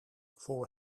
voor